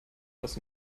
das